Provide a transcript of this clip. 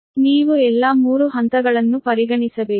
ನೀವು ಎಲ್ಲಾ 3 ಹಂತಗಳನ್ನು ಪರಿಗಣಿಸಬೇಕು